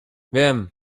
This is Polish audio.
wiem